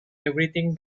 everything